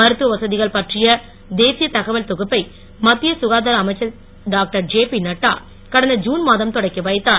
மருத்துவ வசதிகள் பற்றிய தேசிய தகவல் தொகுப்பை மத்திய சுகாதார அமைச்சர் டாக்டர் ஜேபி நட்டா கடந்த ஜுன் மாதம் தொடக்கி வைத்தார்